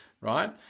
right